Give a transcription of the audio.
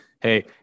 hey